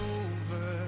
over